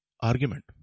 argument